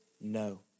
no